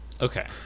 Okay